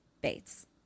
Bates